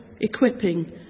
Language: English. equipping